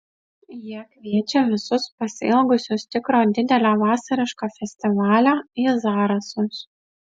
jie kviečia visus pasiilgusius tikro didelio vasariško festivalio į zarasus